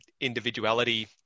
individuality